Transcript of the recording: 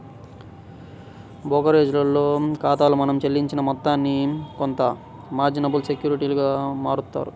బోకరేజోల్ల ఖాతాలో మనం చెల్లించిన మొత్తాన్ని కొంత మార్జినబుల్ సెక్యూరిటీలుగా మారుత్తారు